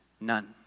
none